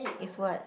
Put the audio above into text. is what